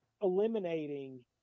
eliminating